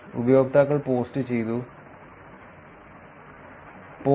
ഉപയോക്താക്കൾ പോസ്റ്റുചെയ്ത 0